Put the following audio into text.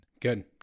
Good